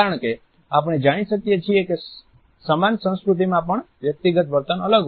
કારણ કે આપણે જાણી શકીએ છીએ કે સમાન સંસ્કૃતિમાં પણ વ્યક્તિગત વર્તન અલગ હોય છે